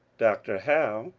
dr. howe,